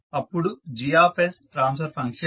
ఇప్పుడు G transfer function